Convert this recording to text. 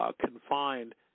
confined